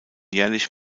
jährlich